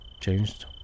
changed